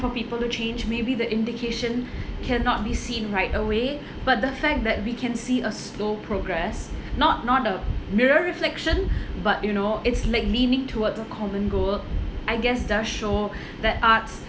for people to change maybe the indication cannot be seen right away but the fact that we can see a slow progress not not a mirror reflection but you know it's like leaning towards a common goal I guess that show that arts